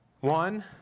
One